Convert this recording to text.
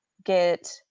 get